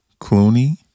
Clooney